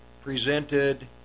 presented